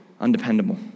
undependable